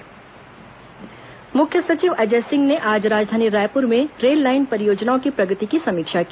मुख्य सचिव समीक्षा बैठक मुख्य सचिव अजय सिंह ने आज राजधानी रायपुर में रेल लाईन परियोजनाओं की प्रगति की समीक्षा की